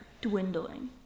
dwindling